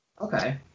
okay